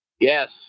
Yes